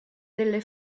delle